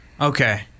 Okay